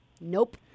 Nope